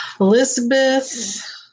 Elizabeth